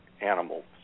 animals